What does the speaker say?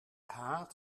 haat